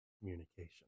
communication